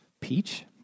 peach